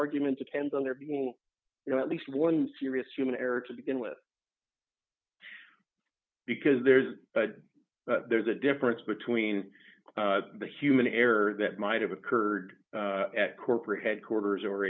argument depends on there being you know at least one serious human error to begin with because there's but there's a difference between the human error that might have occurred at corporate headquarters or